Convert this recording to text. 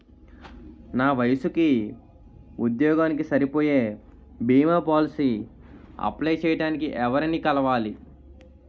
నా వయసుకి, ఉద్యోగానికి సరిపోయే భీమా పోలసీ అప్లయ్ చేయటానికి ఎవరిని కలవాలి?